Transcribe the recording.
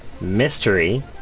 mystery